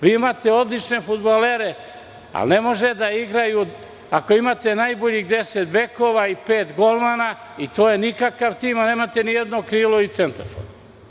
Vi imate odlične fudbalere, ali ne mogu da igraju, ako imate najboljih 10 bekova i pet golmana, i to je nikakav tim, a nemate nijedno krilo i centarfor.